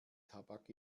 tabak